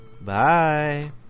Bye